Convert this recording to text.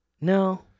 No